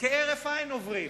כהרף עין עוברים.